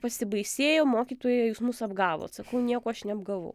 pasibaisėjo mokytoja jūs mus apgavot sakau nieko aš neapgavau